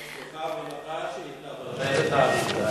החלטה זו תגרום להעלאת מחירי הדירות.